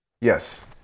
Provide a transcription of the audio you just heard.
Yes